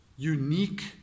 unique